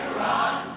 run